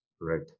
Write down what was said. Right